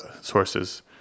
sources